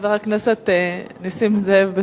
חבר הכנסת נסים זאב,